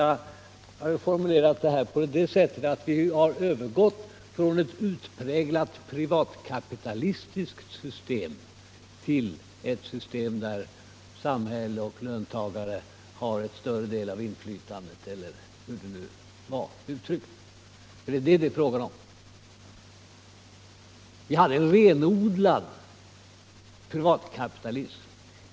Men om jag hade formulerat utlåtandet skulle jag ha sagt, att vi har övergått från ett utpräglat privatkapitalistiskt system till ett system där samhälle och löntagare har en större del av inflytandet, eller hur det nu var uttryckt. Det är nämligen det det är fråga om. Vi hade en renodlad privatkapitalism.